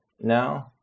now